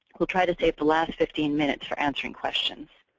we'll try to save the last fifteen minutes for answering questions.